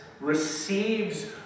receives